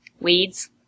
Weeds